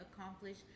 accomplish